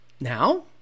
Now